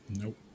Nope